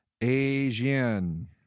Asian